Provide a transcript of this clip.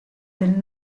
del